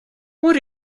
what